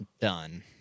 Done